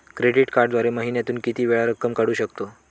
Credit कार्डद्वारे महिन्यातून मी किती वेळा रक्कम काढू शकतो?